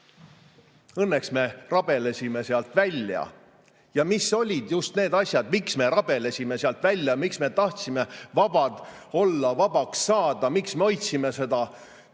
rüppe. Õnneks me rabelesime sealt välja. Ja mis olid just need asjad, miks me rabelesime sealt välja, miks me tahtsime vabad olla, vabaks saada, miks me hoidsime seda